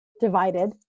divided